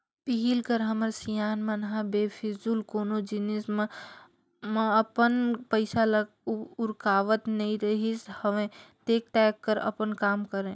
पहिली कर हमर सियान मन ह बेफिजूल कोनो जिनिस मन म अपन पइसा ल उरकावत नइ रिहिस हवय देख ताएक कर अपन काम करय